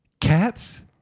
Cats